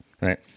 Right